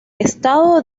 estado